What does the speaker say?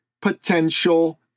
potential